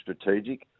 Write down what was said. strategic